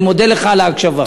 אני מודה לך על ההקשבה.